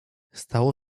stało